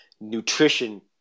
nutrition